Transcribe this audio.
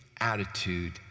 attitude